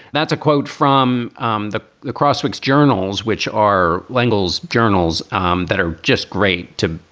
that's a quote from um the the crosswalks journals, which are lingle's journals um that are just great, too.